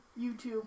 YouTube